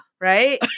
right